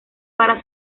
para